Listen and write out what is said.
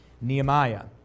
Nehemiah